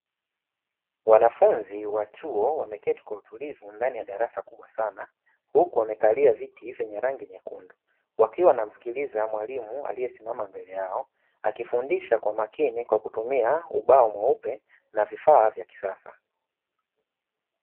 Wanafunzi wa chuo wameketi kwa utulivu ndani ya darasa kubwa sana, huku wamekalia viti vyenye rangi nyekundu. Wakiwa wanamsikiliza mwalimu aliyesimama mbele yao, akifundisha kwa makini kwa kutumia ubao mweupe na vifaa vya kisasa.